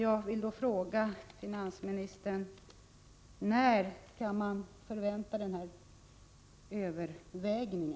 Jag vill då fråga finansministern: När kan man förvänta detta övervägande?